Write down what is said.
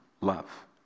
love